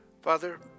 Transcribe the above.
Father